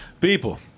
people